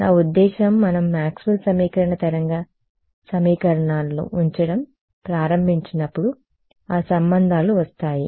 నా ఉద్దేశ్యం మనం మాక్స్వెల్ సమీకరణ తరంగ సమీకరణాలను ఉంచడం ప్రారంభించినప్పుడు ఆ సంబంధాలు వస్తాయి